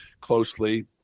closely